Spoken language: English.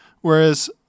whereas